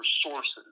sources